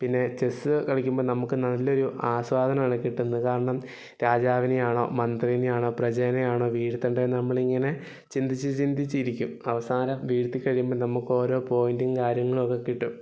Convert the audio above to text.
പിന്നെ ചെസ്സ് കളിക്കുമ്പം നമുക്ക് നല്ലൊരു ആസ്വാദനമാണ് കിട്ടുന്നത് കാരണം രാജാവിനെയാണോ മന്ത്രിനെ ആണോ പ്രജേനെയാണോ വീഴ്ത്തേണ്ടത് എന്ന് നമ്മളിങ്ങനെ ചിന്തിച്ച് ചിന്തിച്ചിരിക്കും അവസാനം വീഴ്ത്തി കഴിയുമ്പോൾ നമുക്ക് ഓരോ പോയിൻറ്റും കാര്യങ്ങളൊക്കെ കിട്ടും